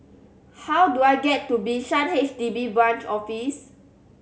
how do I get to Bishan H D B Branch Office